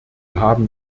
haben